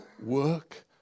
Work